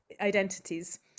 identities